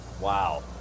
Wow